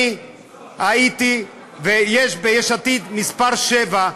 אני הייתי ביש עתיד מספר 7,